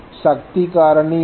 சக்தி காரணி என்ன